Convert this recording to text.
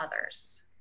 others